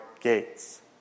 gates